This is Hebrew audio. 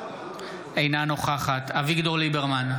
אינה נוכחת אביגדור ליברמן,